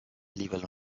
livello